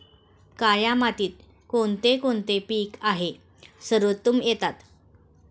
काया मातीत कोणते कोणते पीक आहे सर्वोत्तम येतात?